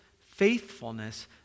faithfulness